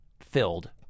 filled